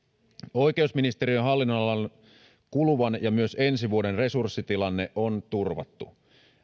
oikeusministeriön hallinnonalan kuluvan ja myös ensi vuoden resurssitilanne on turvattu